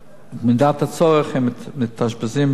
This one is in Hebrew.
ובמידת הצורך הם מתאשפזים במחלקות